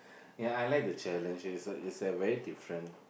ya I like the challenge it's a it's a very different